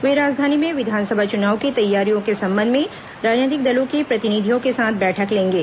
वे राजधानी में विधानसभा चुनाव की तैयारियों के संबंध में राजनैतिक दलों के प्रतिनिधियों के साथ बैठक लेंगे